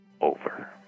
over